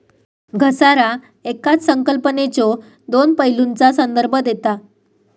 घसारा येकाच संकल्पनेच्यो दोन पैलूंचा संदर्भ देता